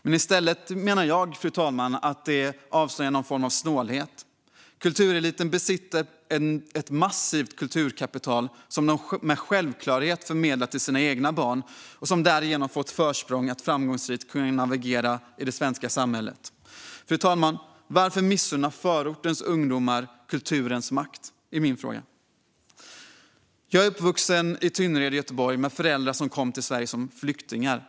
Men i stället menar jag, fru talman, att det avslöjar någon form av snålhet. Kultureliten besitter ett massivt kulturkapital som de med självklarhet förmedlar till sina egna barn, som därigenom får ett försprång i att framgångsrikt kunna navigera i det svenska samhället. Varför missunna förortens ungdomar kulturens makt, fru talman? Det är min fråga. Jag är uppvuxen i Tynnered i Göteborg med föräldrar som kommit till Sverige som flyktingar.